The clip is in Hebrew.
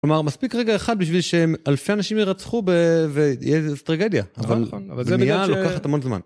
כלומר מספיק רגע אחד בשביל שאלפי אנשים ירצחו ויהיה טרגדיה, אבל בנייה לוקחת המון זמן.